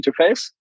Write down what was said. interface